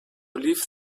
leave